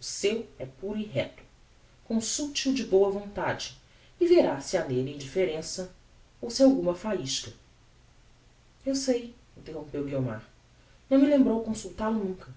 o seu é puro e recto consulte o de boa vontade e verá se ha nelle indifferenca ou se alguma faisca eu sei interrompeu guiomar não me lembrou consultal o nunca